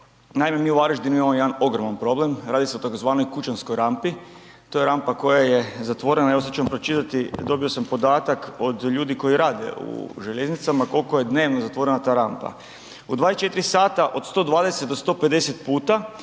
naime mi u Varaždinu imamo jedan ogroman problem, radi se o tzv. kućanskoj rampi, to je rampa koja je zatvorena i evo sad ću vam pročitat, dobio sam podatak od ljudi koji rade u željeznicama koliko je dnevno zatvorena ta rampa. ovisi o broju